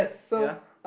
ya